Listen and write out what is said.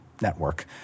network